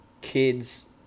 kids